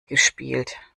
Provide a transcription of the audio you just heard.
gespielt